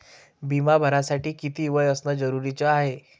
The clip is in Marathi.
बिमा भरासाठी किती वय असनं जरुरीच हाय?